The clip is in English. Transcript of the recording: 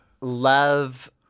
love